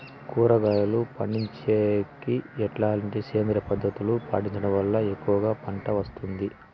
కూరగాయలు పండించేకి ఎట్లాంటి సేంద్రియ పద్ధతులు పాటించడం వల్ల ఎక్కువగా పంట వస్తుంది?